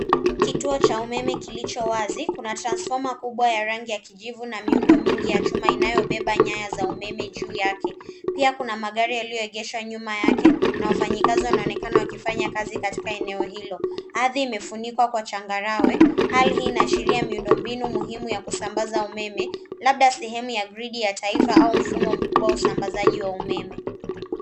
Kituo cha umeme kilicho wazi. Kuna transfoma kubwa ya rangi ya kijivu na miundo mingi ya chuma inayobeba nyaya za umeme juu yake pia kuna magari yaliyoegeshwa nyuma yake na wafanyakazi wanaonekana wakifanya kazi katika eneo hilo. Ardhi imefunikwa kwa changarawe hali hii inaashiria miundo mbinu muhimu ya kusambaza umeme labda sehemu ya gridi ya taifa au mfumo mkubwa usambazaji wa umeme.